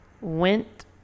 went